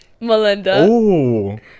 Melinda